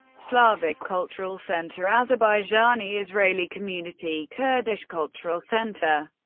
slavic cultural center, azerbaijani-israeli community, kurdish cultural center,